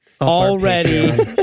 Already